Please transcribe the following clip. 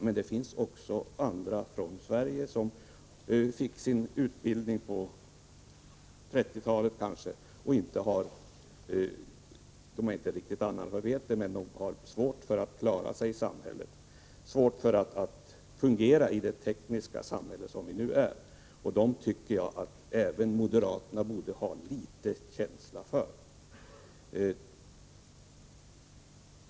Men det finns också andra människor i Sverige som fick sin utbildning på 1930-talet och som har svårt för att klara sig och fungera i det nuvarande tekniska samhället. Dem borde även moderaterna ha litet känsla för.